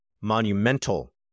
monumental